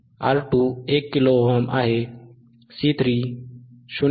R2 1 kilo ohm 1kΩ आहे C3 0